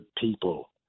people